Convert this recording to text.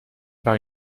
par